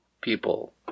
people